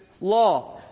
law